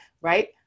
right